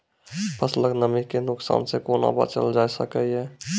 फसलक नमी के नुकसान सॅ कुना बचैल जाय सकै ये?